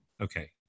Okay